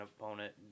opponent